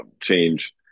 change